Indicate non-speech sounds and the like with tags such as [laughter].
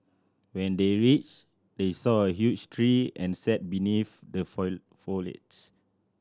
when they reached they saw a huge tree and sat beneath the [unintelligible] foliage